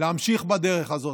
להמשיך בדרך הזאת.